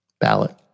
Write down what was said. ballot